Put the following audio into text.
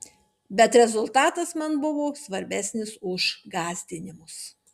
bet rezultatas man buvo svarbesnis už gąsdinimus